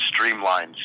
streamlines